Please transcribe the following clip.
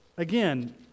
Again